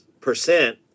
percent